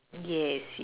yes